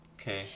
Okay